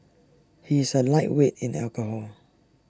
he is A lightweight in alcohol